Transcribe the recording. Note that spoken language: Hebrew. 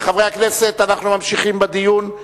חברי הכנסת, אנחנו ממשיכים בדיון.